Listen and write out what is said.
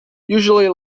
usually